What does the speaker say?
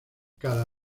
cada